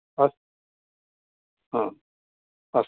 अस्तु हा अस्तु